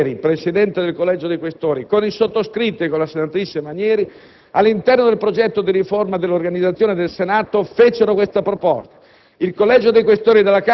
Lorenzo Forcieri, presidente del Collegio dei Questori, con il sottoscritto e con la senatrice Manieri, all'interno del progetto di riforma dell'organizzazione del Senato, fece questa proposta